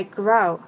grow